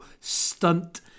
Stunt